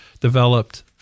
developed